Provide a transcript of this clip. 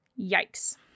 Yikes